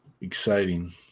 exciting